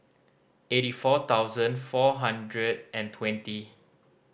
eighty four thousand four hundred and twenty